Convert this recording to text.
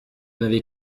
n’avez